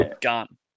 Gun